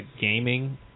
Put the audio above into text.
gaming